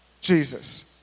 Jesus